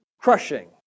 crushing